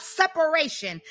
separation